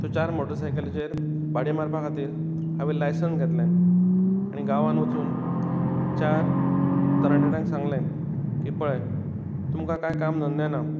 त्यो चार मोटरसायकलीचेर भाडें मारपा खातीर हांवें लायसन्स घेतलें आनी गांवांत वचून चार तरणाट्यांक सांगलें की पळय तुमकां कांय काम धंदे ना